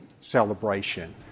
celebration